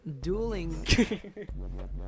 Dueling